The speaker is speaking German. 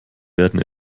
werden